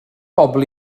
pobl